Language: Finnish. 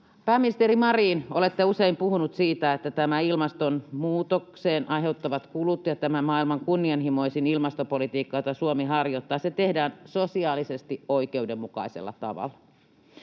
Pääministeri Marin, olette usein puhunut siitä, että nämä ilmastonmuutoksen aiheuttamat kulut ja tämä maailman kunnianhimoisin ilmastopolitiikka, jota Suomi harjoittaa, tehdään sosiaalisesti oikeudenmukaisella tavalla.